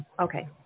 Okay